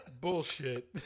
Bullshit